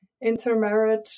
intermarriage